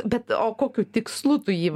bet o kokiu tikslu tu jį